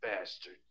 bastard